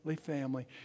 family